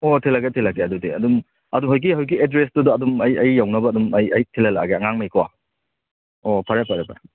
ꯑꯣ ꯊꯤꯜꯂꯛꯀꯦ ꯊꯤꯜꯂꯛꯀꯦ ꯑꯗꯨꯗꯤ ꯑꯗꯨꯝ ꯑꯗꯣ ꯍꯧꯖꯤꯛꯀꯤ ꯍꯧꯖꯤꯛꯀꯤ ꯑꯦꯗ꯭ꯔꯦꯁꯇꯨꯗ ꯑꯗꯨꯝ ꯑꯩ ꯑꯩ ꯌꯧꯅꯕ ꯑꯗꯨꯝ ꯑꯩ ꯑꯩ ꯊꯤꯜꯍꯜꯂꯛꯑꯒꯦ ꯑꯉꯥꯡꯃꯈꯩꯀꯣ ꯑꯣ ꯐꯔꯦ ꯐꯔꯦ ꯐꯔꯦ